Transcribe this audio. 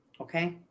Okay